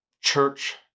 church